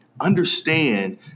Understand